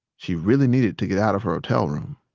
she really needed to get out of her hotel room.